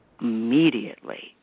immediately